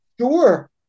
Sure